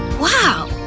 wow!